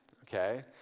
Okay